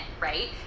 right